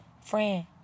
friend